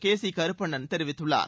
K C Karuppannan தெரிவித்துள்ளார்